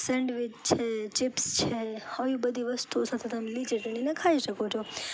sandwich છે chips છે આવી બધી વસ્તુઓ સાથે લીલી ચટણીને તમે ખાઈ શકો છો